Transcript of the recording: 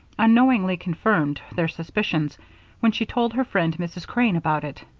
unknowingly confirmed their suspicions when she told her friend mrs. crane about it